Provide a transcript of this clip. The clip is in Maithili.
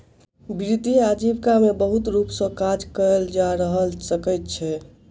वित्तीय आजीविका में बहुत रूप सॅ काज कयल जा सकै छै